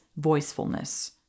voicefulness